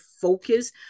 focus